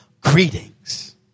greetings